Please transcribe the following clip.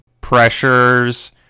pressures